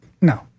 No